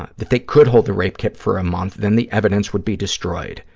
ah that they could hold the rape kit for a month, then the evidence would be destroyed.